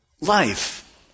life